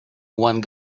one